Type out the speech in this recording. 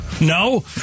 no